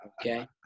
okay